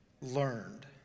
Learned